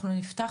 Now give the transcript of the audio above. נפתח